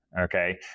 okay